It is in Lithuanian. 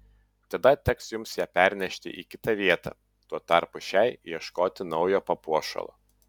tada teks jums ją pernešti į kitą vietą tuo tarpu šiai ieškoti naujo papuošalo